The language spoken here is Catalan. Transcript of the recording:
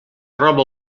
roba